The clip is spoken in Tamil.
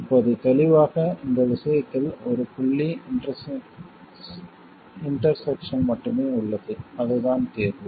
இப்போது தெளிவாக இந்த விஷயத்தில் ஒரு புள்ளி இன்டெர்செக்சன் மட்டுமே உள்ளது அதுதான் தீர்வு